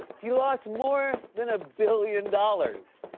he lost more than a billion dollars.